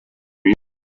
mean